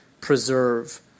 preserve